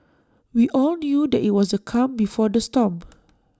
we all knew that IT was the calm before the storm